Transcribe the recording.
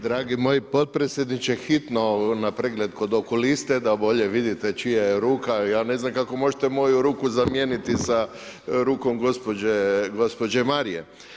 Dragi moji potpredsjedniče, hitno na pregled kod okuliste, da bolje vidite čija je ruka, ja ne znam, kako možete moju ruku zamijeniti sa rukom gospođe Marije.